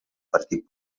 partir